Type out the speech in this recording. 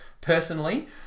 personally